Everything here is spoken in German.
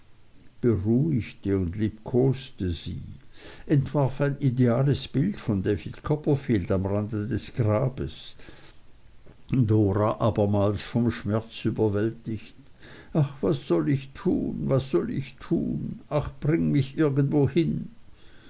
beruhigte und liebkoste sie entwarf ein ideales bild von d c am rande des grabes d abermals vom schmerz überwältigt ach was soll ich tun was soll ich tun ach bring mich irgendwohin